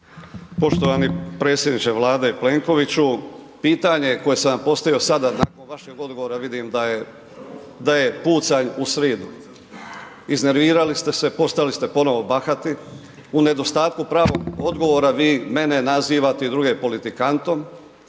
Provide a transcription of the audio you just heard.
Poštovani predsjedniče Vlade Plenkoviću, pitanje koje sam vam postavio sada nakon vašeg odgovora vidim da je pucanj u sridu, iznervirali ste se, postali ste ponovo bahati, u nedostatku pravog odgovora vi mene nazivate i druge politikantom,